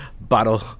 bottle